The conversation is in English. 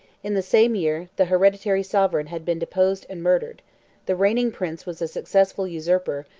in the same year, the hereditary sovereign had been deposed and murdered the reigning prince was a successful usurper,